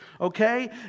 okay